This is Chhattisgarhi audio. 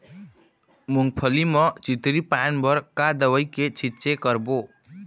मूंगफली म चितरी पान बर का दवई के छींचे करबो?